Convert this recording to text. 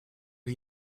did